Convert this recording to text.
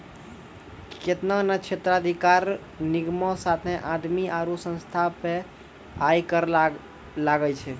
केतना ने क्षेत्राधिकार निगमो साथे आदमी आरु संस्था पे आय कर लागै छै